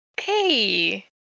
Hey